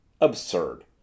Absurd